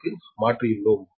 க்கு மாற்றியுள்ளோம்